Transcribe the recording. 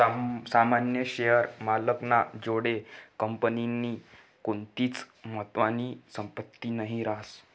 सामान्य शेअर मालक ना जोडे कंपनीनी कोणतीच महत्वानी संपत्ती नही रास